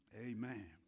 Amen